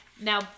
Now